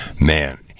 man